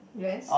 yes